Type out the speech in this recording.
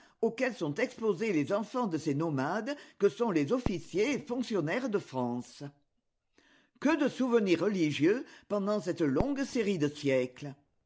auxquels sont exposés les enfants de ces nomades que sont les officiers et fonctionnaires de france que de souvenirs religieux pendant cette longue série de siècles